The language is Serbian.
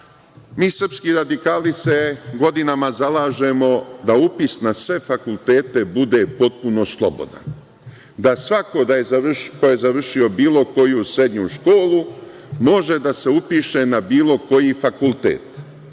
mi srpski radikali se godinama zalažemo da upis na sve fakultete bude potpuno slobodan, da svako ko je završio bilo koju srednju školu može da se upiše na bilo koji fakultet,